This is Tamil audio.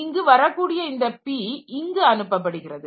இங்கு வரக்கூடிய இந்த P இங்கு அனுப்பப்படுகிறது